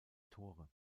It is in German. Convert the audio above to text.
tore